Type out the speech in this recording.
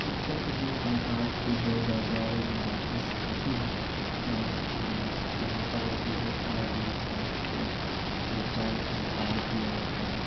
اتر پردیش میں آرٹ کے بڑے بازار اور مراکز کافی ہیں اور جہاں پر جو ہے آرٹ اینڈ کرافٹ کا اظہار کیا جاتا ہے